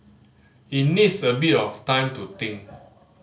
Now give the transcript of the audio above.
it needs a bit of time to think